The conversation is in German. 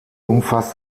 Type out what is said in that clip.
umfasst